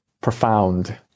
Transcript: profound